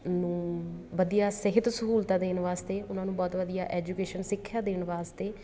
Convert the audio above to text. ਨੂੰ ਵਧੀਆ ਸਿਹਤ ਸਹੂਲਤਾਂ ਦੇਣ ਵਾਸਤੇ ਉਹਨਾਂ ਨੂੰ ਬਹੁਤ ਵਧੀਆ ਐਜੂਕੇਸ਼ਨ ਸਿੱਖਿਆ ਦੇਣ ਵਾਸਤੇ